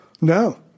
No